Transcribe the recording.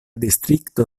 distrikto